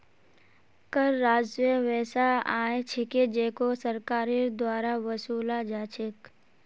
कर राजस्व वैसा आय छिके जेको सरकारेर द्वारा वसूला जा छेक